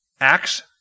Acts